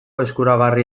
eskuragarri